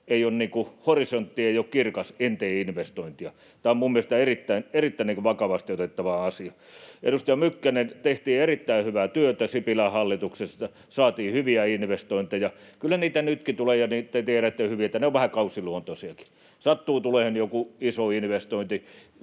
”horisontti ei ole kirkas, en tee investointia”. Tämä on minun mielestäni erittäin vakavasti otettava asia. Edustaja Mykkänen: Tehtiin erittäin hyvää työtä Sipilän hallituksessa, saatiin hyviä investointeja. Kyllä niitä nytkin tulee, ja te tiedätte hyvin, että ne ovat vähän kausiluontoisiakin, jos sattuu tulemaan joku iso investointi